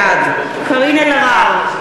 בעד קארין אלהרר,